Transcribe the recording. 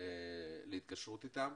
להתקשרות איתם.